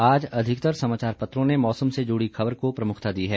आज अधिकतर समाचार पत्रों ने मौसम से जुड़ी खबर को प्रमुखता दी है